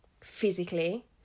physically